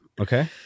Okay